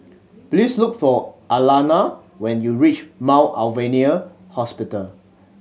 please look for Alana when you reach Mount Alvernia Hospital